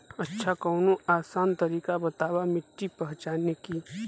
अच्छा कवनो आसान तरीका बतावा मिट्टी पहचाने की?